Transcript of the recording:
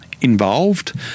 involved